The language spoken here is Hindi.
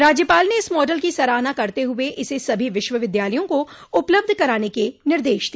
राज्यपाल ने इस मॉडल की सराहना करते हुए इसे सभी विश्वविद्यालयों को उपलब्ध कराने के निर्देश दिया